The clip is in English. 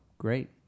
great